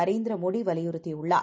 நரேந்திரமோடிவலியுறுத்தியுள்ளார்